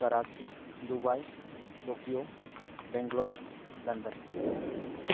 Karachi Dubai Tokyo Bangalore London